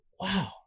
Wow